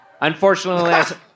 Unfortunately